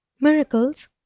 Miracles